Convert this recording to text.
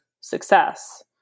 success